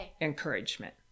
encouragement